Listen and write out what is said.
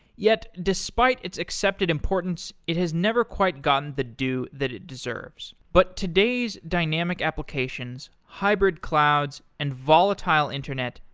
yet, despite its accepted importance, it has never quite gotten the due that it deserves. but today's dynamic applications, hybrid clouds and volatile internet,